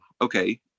okay